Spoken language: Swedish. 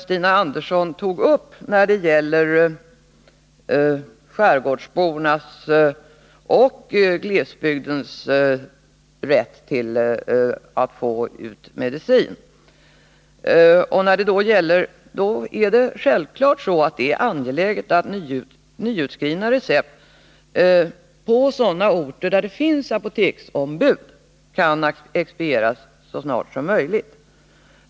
Stina Andersson tog upp skärgårdsbornas och glesbygdsbornas rätt att få ut medicin. På sådana orter där det finns apoteksombud expedieras nyutskrivna recept så snart som möjligt.